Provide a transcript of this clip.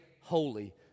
holy